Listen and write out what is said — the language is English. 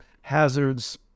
hazards